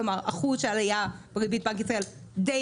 כלומר האחוז של העלייה בריבית בנק ישראל די